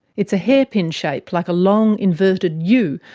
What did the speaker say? it's a hairpin shape, like a long inverted u,